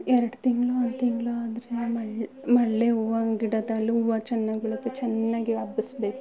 ಎರಡು ತಿಂಗಳೋ ತಿಂಗಳೋ ಆದರೆ ಮಳ್ ಮಳ್ಳೇ ಹೂವುದ್ ಗಿಡದಲ್ಲಿ ಹೂವು ಚೆನ್ನಾಗ್ ಬೆಳೆದು ಚೆನ್ನಾಗಿ ಹಬ್ಬಿಸ್ಬೇಕು